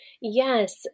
Yes